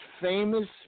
famous